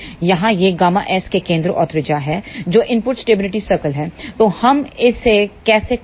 यहां यह Γs का केंद्र और त्रिज्या है जो इनपुट स्टेबिलिटी सर्कल है तो हम इसे कैसे खोजें